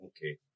okay